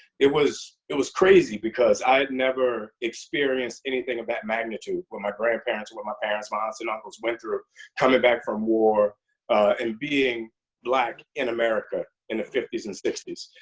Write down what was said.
it was it was crazy because i had never experienced anything of that magnitude. what my grandparents, what my parents, my aunts and uncles went through coming back from war and being black in america in the fifty s and sixty s.